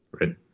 Right